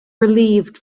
relieved